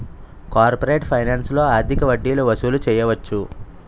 corporate ఫైనాన్స్లో అధిక వడ్డీలు వసూలు చేయవచ్చు